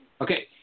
Okay